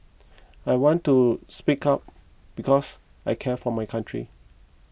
I want to speak up because I care for my country